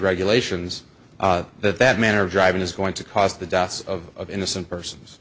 regulations that that manner of driving is going to cause the deaths of innocent persons